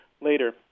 Later